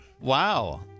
Wow